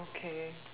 okay